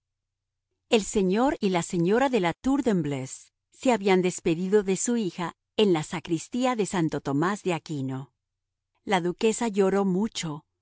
el señor y la señora de la tour de embleuse se habían despedido de su hija en la sacristía de santo tomás de aquino la duquesa lloró mucho